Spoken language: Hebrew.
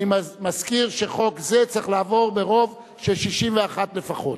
אני מזכיר שחוק זה צריך לעבור ברוב של 61 לפחות.